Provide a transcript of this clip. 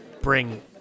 bring